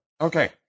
Okay